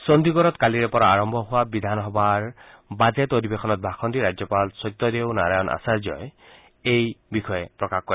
চণ্ডিগড়ত কালিৰে পৰা আৰম্ভ হোৱা বিধান সভা বাজেট অধিৱেশনত ভাষণ দি ৰাজ্যপাল সত্যদেও নাৰায়ণ আৰ্যই এই বিষয়ে প্ৰকাশ কৰে